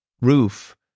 roof